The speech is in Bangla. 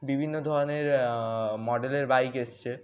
বিভিন্ন ধরনের মডেলের বাইক এসছে